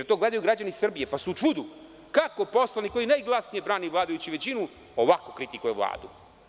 To gledaju građani Srbije, pa su u čudu kako poslanik koji najglasnije brani vladajuću većinu ovako kritikuje Vladu.